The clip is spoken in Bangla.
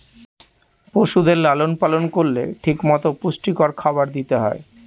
পশুদের লালন পালন করলে ঠিক মতো পুষ্টিকর খাবার দিতে হয়